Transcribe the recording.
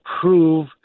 prove